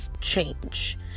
change